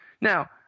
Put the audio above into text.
Now